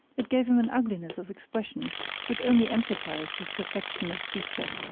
it gave him an ugliness of expression which only emphasized his perfection of feature.